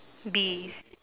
be